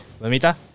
Mamita